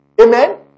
Amen